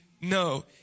no